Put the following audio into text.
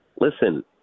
listen